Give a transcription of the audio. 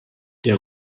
der